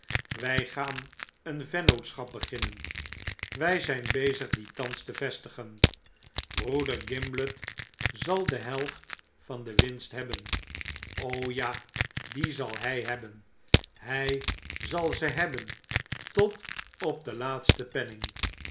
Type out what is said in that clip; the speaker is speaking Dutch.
wy gaan een vennootschap beginnen wy zijn bezig die thans te vestigen broeder gimblet zal de helft van de winst hebben ja die zal hy hebben hy zal ze hebben tot op den laatsten penning